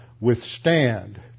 withstand